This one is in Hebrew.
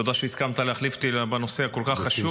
תודה שהסכמת להחליף אותי בנושא כל כך חשוב.